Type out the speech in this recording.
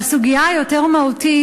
והסוגיה היותר-מהותית,